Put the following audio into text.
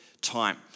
time